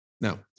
No